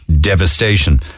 devastation